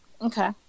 okay